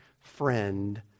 friend